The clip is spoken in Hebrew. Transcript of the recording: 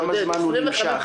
כמה זמן הוא נמשך?